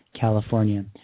California